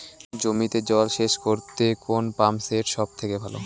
জমিতে জল সেচ করতে কোন পাম্প সেট সব থেকে ভালো?